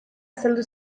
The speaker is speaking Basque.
azaldu